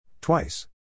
Twice